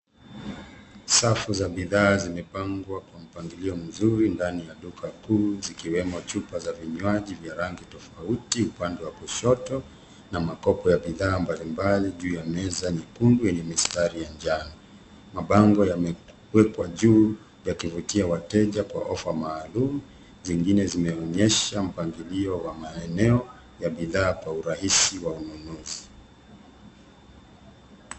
Safu za bidhaa zimepangwa kwa mpangilio mzuri ndani ya duka kuu zikiwemo chupa za vinywaji vya rangi tofauti upande wa kushoto na makopo ya bidhaa mbalimbali juu ya meza nyekundu yenye mistari ya njano. Mabango yamewekwa juu yakivutia wateja kwa ofa maalum zingine zimeonyesha mpangilio wa maeneo ya bidhaa kwa urahisi wa ununuzi.